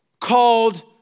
called